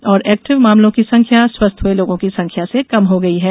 और एक्टिव मामलों की संख्या स्वस्थ्य हुए लोगों की संख्या से कम है